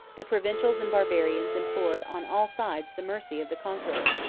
the provincials and barbarians implored on all sides the mercy of the conqueror.